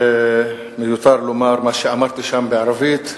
מיותר לומר מה שאמרתי שם בערבית: